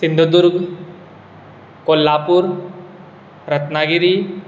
Sindhudurg Kolhapur Ratnagiri